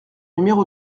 numéro